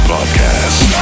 Podcast